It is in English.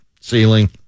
ceiling